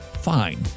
fine